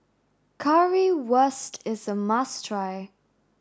Currywurst is a must try